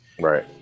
right